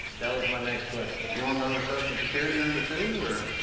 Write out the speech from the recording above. that was my next question. you wanna know her social security number too, or.